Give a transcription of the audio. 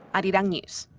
arirang news.